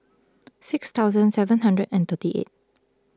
six thousand seven hundred and thirty eight